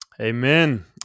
Amen